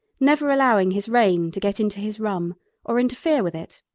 never allowing his reign to get into his rum or interfere with it.